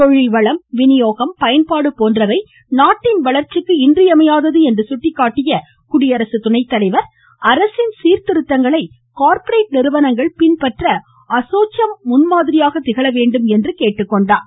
தொழில் வளம் வினியோகம் பயன்பாடு போன்றவை நாட்டின் வளர்ச்சிக்கு இன்றியமையாதது என்றும் சுட்டிக்காட்டிய அவர் அரசின் சீர்திருத்தங்களை கார்ப்பரேட் நிறுவனங்கள் பின்பற்ற அசோசேம் முன்மாதிரியாக திகழ வேண்டும் என்றும் கேட்டுக்கொண்டார்